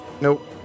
Nope